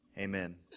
Amen